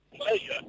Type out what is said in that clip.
pleasure